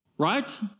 Right